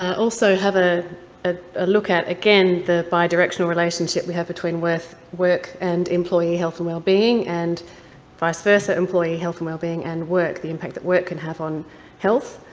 also have ah ah a look at, again, the bidirectional relationship we have between work and employee health and wellbeing, and vice versa, employee health and wellbeing and work, the impact that work can have on health.